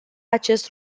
acest